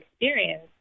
experience